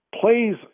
plays